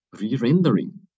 re-rendering